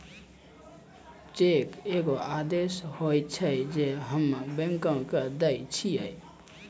cheque एगो आदेश होय छै जे हम्मे बैंको के दै छिये